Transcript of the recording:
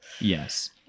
Yes